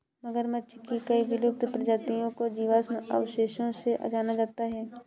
मगरमच्छ की कई विलुप्त प्रजातियों को जीवाश्म अवशेषों से जाना जाता है